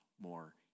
more